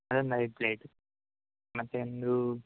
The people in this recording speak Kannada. ಅದೊಂದು ಐದು ಪ್ಲೇಟ್ ಮತ್ತೊಂದು